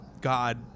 God